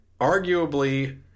arguably